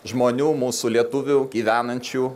žmonių mūsų lietuvių gyvenančių